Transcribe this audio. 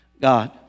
God